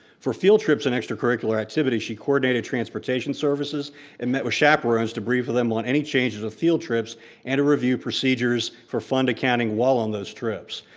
for field trips and extracurricular activities, she coordinated transportation services and met with chaperones to brief them on any changes of field trips and to review procedures for fund accounting while on those trips.